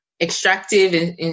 extractive